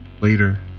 Later